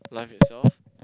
Life Itself